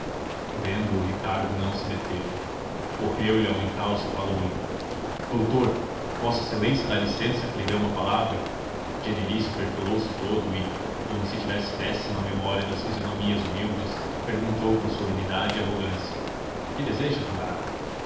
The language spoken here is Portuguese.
vendo-o ricardo não se deteve correu-lhe ao encalço e falou-lhe doutor vossa excelência dá licença que lhe dê uma palavra genelício perfilou se todo e como tivesse péssima memória das fisionomias humildes perguntou com solenidade e arrogância que deseja camarada